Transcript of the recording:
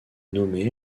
nommée